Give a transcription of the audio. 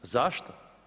Zašto?